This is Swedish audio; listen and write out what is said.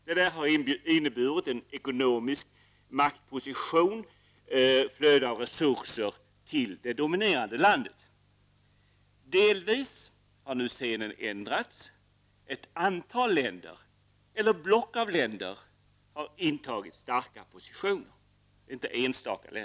Detta har inneburit en ekonomisk maktposition för och ett flöde av resurser till det dominerade landet. Delvis har nu scenen ändrats. Ett antal länder eller block av länder har intagit starka positioner.